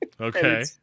Okay